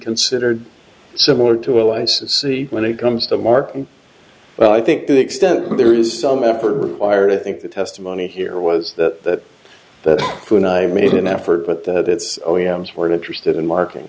considered similar to a license see when it comes to market well i think the extent there is some effort required i think the testimony here was that that when i made an effort but that it's more interested in marking